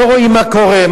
לא רואים מה קורה,